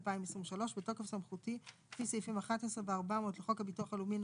התשפ"ג-2023: בתוקף סמכותי לפי סעיפים 11 ו- 400 לחוק הביטוח הלאומי ,